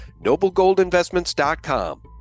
noblegoldinvestments.com